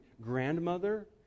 grandmother